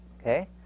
Okay